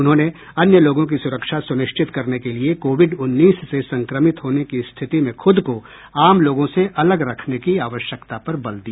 उन्होंने अन्य लोगों की सुरक्षा सुनिश्चित करने के लिए कोविड उन्नीस से संक्रमित होने की स्थिति में खुद को आम लोगों से अलग रखने की आवश्यकता पर बल दिया